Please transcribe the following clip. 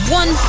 one